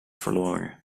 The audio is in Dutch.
verloren